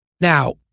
Now